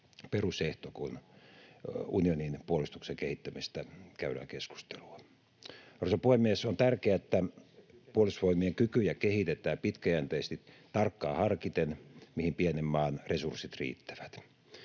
perusehto, kun unionin puolustuksen kehittämisestä käydään keskustelua. Arvoisa puhemies! On tärkeää, että Puolustusvoimien kykyjä kehitetään pitkäjänteisesti, tarkkaan harkiten sitä, mihin pienen maan resurssit riittävät.